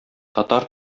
татар